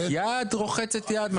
יד רוחצת יד מה שנקרא.